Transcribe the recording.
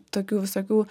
tokių visokių